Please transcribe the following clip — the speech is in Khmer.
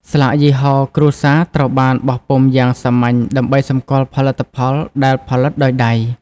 ស្លាកយីហោ គ្រួសារត្រូវបានបោះពុម្ពយ៉ាងសាមញ្ញដើម្បីសម្គាល់ផលិតផលដែលផលិតដោយដៃ។